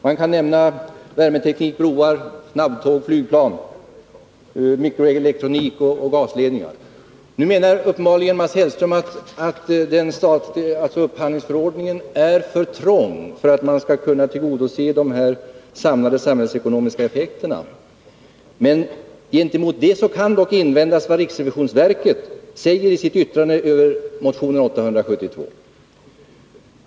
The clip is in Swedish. Jag kan nämna värmeteknik, broar, snabbtåg, flygplan, mikroelektronik och gasledningar. Mats Hellström menar uppenbarligen att upphandlingsförordningen är för trång för att man skall kunna tillgodose de samlade samhällsekonomiska effekterna. Gentemot det kan dock invändas vad riksrevisionsverket säger i sitt yttrande över motion 872.